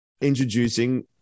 introducing